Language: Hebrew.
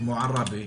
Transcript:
כמו עראבה,